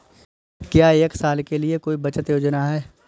क्या एक साल के लिए कोई बचत योजना है?